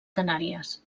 canàries